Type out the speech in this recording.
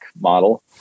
model